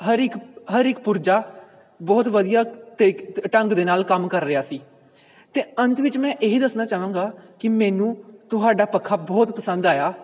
ਹਰ ਇੱਕ ਹਰ ਇੱਕ ਪੁਰਜਾ ਬਹੁਤ ਵਧੀਆ ਤਰ ਢੰਗ ਦੇ ਨਾਲ ਕੰਮ ਕਰ ਰਿਹਾ ਸੀ ਅਤੇ ਅੰਤ ਵਿੱਚ ਮੈਂ ਇਹੀ ਦੱਸਣਾ ਚਾਹਾਂਗਾ ਕਿ ਮੈਨੂੰ ਤੁਹਾਡਾ ਪੱਖਾ ਬਹੁਤ ਪਸੰਦ ਆਇਆ